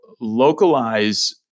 Localize